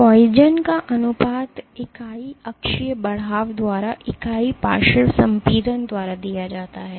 poison का अनुपात इकाई अक्षीय बढ़ाव द्वारा इकाई पार्श्व संपीड़न द्वारा दिया जाता है